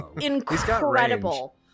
incredible